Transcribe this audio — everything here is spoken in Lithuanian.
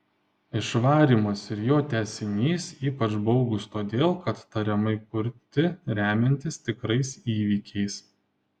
išvarymas ir jo tęsinys ypač baugūs todėl kad tariamai kurti remiantis tikrais įvykiais